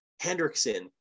Hendrickson